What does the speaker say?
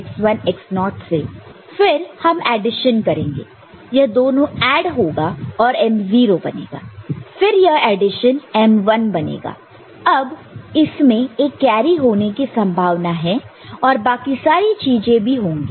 फिर हम एडिशन करेंगे यह दोनों ऐड होगा और m0 बनेगा फिर यह एडिशन m1 बनेगा अब इसमें एक कैरी होने की संभावना है और बाकी सारी चीजें भी होंगी